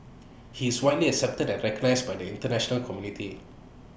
he is widely accepted and recognised by the International community